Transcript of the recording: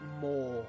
more